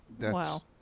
Wow